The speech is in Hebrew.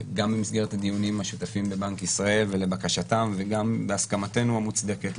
גם במסגרת הדיונים עם השותפים בבנק ישראל ולבקשתם וגם בהסכמתנו המוצדקת,